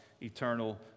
eternal